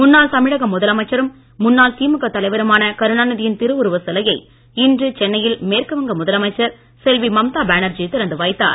முன்னாள் தமிழக முதலமைச்சரும் முன்னாள் திமுக தலைவருமான கருணாநிதியின் திருவுருவச் சிலையை இன்று சென்னையில் மேற்கு வங்க முதலமைச்சர் செல்வி மம்தாபானர்ஜி திறந்து வைத்தார்